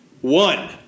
one